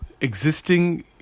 existing